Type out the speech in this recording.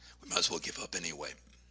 we might as well give up anyway.